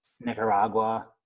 Nicaragua